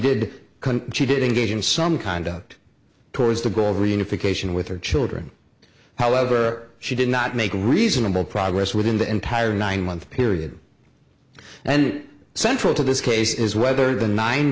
did she did engage in some kind towards the goal reunification with her children however she did not make a reasonable progress within the entire nine month period and then central to this case is whether the nine